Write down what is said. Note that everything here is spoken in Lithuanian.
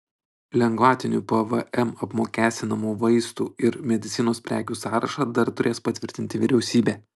lengvatiniu pvm apmokestinamų vaistų ir medicinos prekių sąrašą dar turės patvirtinti vyriausybė